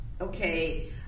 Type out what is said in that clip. okay